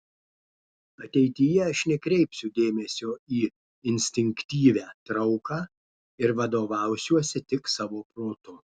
ateityje aš nekreipsiu dėmesio į instinktyvią trauką ir vadovausiuosi tik savo protu